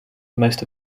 most